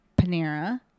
Panera